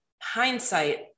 hindsight